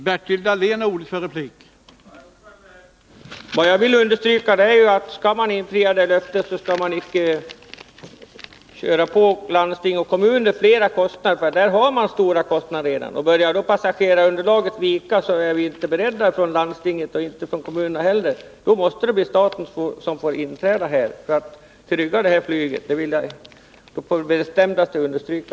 Herr talman! Jag vill understryka att man om man skall infria det löfte det här gäller inte bör vältra över fler kostnader på landsting och kommuner, ty de har redan stora kostnader. Om passagerarunderlaget börjar vika, är vi från landsting och kommuner inte beredda att ta på oss dessa kostnader utan det måste bli staten som får inträda för att trygga flyget — det vill jag på det bestämdaste understryka.